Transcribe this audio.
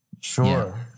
sure